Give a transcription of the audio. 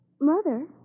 Mother